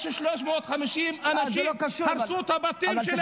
יש 350 אנשים שהרסו את הבתים שלהם, זה לא קשור.